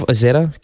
Azera